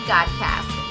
Godcast